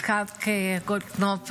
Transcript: השר גולדקנופ,